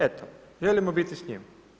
Eto, želimo biti s njim.